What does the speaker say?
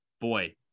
boy